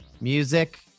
music